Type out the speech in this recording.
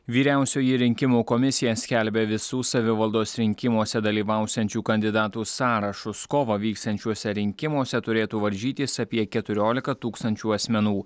vyriausioji rinkimų komisija skelbia visų savivaldos rinkimuose dalyvausiančių kandidatų sąrašus kovą vyksiančiuose rinkimuose turėtų varžytis apie keturiolika tūkstančių asmenų